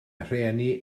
rhieni